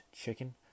Chicken